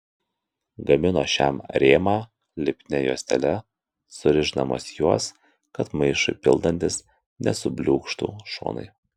gamino šiam rėmą lipnia juostele surišdamas juos kad maišui pildantis nesubliūkštų šonai